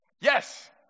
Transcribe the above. Yes